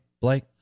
Blake